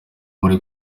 bari